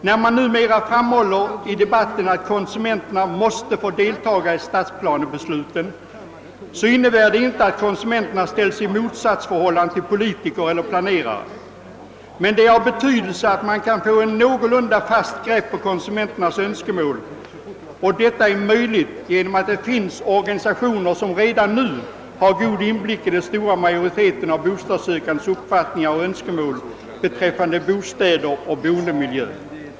När det numera framhålles i debatten att konsumenten måste få deltaga i planbesluten, så innebär det inte att konsumenten ställes i motsatsförhållande till politiker eller planerare, men det är av betydelse att man kan få ett någorlunda fast grepp på konsumenternas önskemål, och detta är möjligt genom att det finns organisationer som redan nu har god inblick i den uppfattning och de önskemål som den stora majoriteten av bostadssökande har beträffande bostäder och boendemiljö.